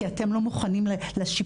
כי אתם לא מוכנים לשיפוץ,